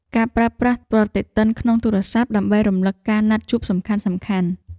ការប្រើប្រាស់ប្រតិទិនក្នុងទូរស័ព្ទ ដើម្បីរំលឹកការណាត់ជួបសំខាន់ៗ។